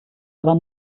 aber